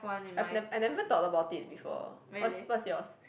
I've never I never thought about it before what's what's yours